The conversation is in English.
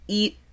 eat